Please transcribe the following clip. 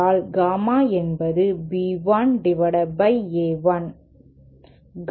gamma என்பது B 1 A 1